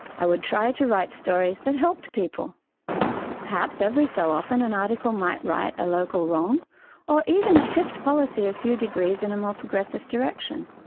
i would try to write stories that helped people perhaps, every so often, an article might right a local wrong or even shift policy a few degrees in a more progressive direction.